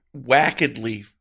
wackedly